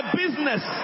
business